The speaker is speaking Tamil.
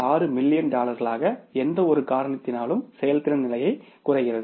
6 மில்லியன் டாலர்களாக எந்தவொரு காரணத்தினாலும் செயல்திறன் நிலை குறைகிறது